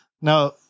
Now